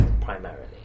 primarily